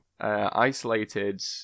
isolated